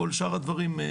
כל שאר הדברים.